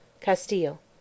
Castile